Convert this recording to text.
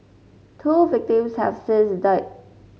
two victims have since died